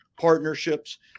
partnerships